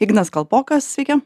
ignas kalpokas sveiki